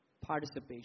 participation